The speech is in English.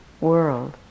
world